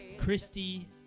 Christy